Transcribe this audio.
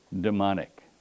demonic